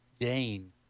gain